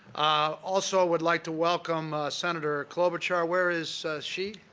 i also would like to welcome senator klobuchar. where is she?